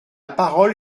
parole